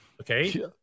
okay